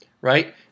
Right